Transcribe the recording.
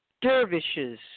dervishes